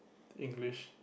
English